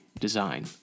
design